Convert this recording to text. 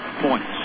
points